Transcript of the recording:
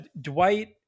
Dwight